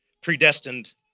predestined